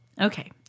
Okay